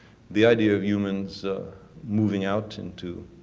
the idea of humans moving out into